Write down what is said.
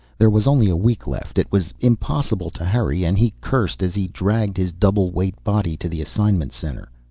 there was only a week left. it was impossible to hurry and he cursed as he dragged his double-weight body to the assignment center.